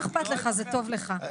מה איכפת לך, זה טוב לך.